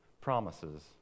promises